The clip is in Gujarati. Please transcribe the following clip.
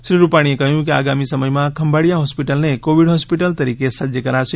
શ્રી રૂપાણીએ કહ્યું કે આગામી સમયમાં ખંભાડીયા હોસ્પિટલને કોવીડ હોસ્પિટલ તરીકે સજ્જ કરાશે